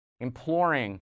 imploring